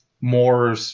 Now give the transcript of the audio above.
more